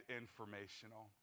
informational